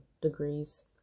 degrees